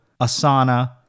Asana